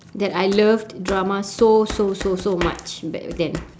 that I loved drama so so so so much back then